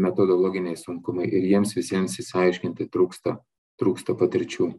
metodologiniai sunkumai ir jiems visiems išsiaiškinti trūksta trūksta patirčių